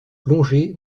plongé